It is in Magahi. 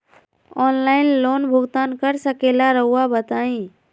ऑनलाइन लोन भुगतान कर सकेला राउआ बताई?